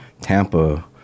Tampa